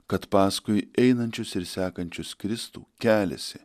kad paskui einančius ir sekančius kristų keliasi